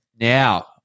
Now